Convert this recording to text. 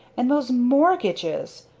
and those mortgages!